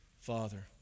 Father